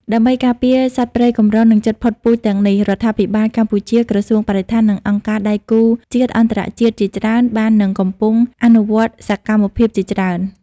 ដើម្បីការពារសត្វព្រៃកម្រ និងជិតផុតពូជទាំងនេះ រាជរដ្ឋាភិបាលកម្ពុជា ក្រសួងបរិស្ថាន និងអង្គការដៃគូជាតិ-អន្តរជាតិជាច្រើន បាននិងកំពុងអនុវត្តសកម្មភាពជាច្រើន។